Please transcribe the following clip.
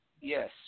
yes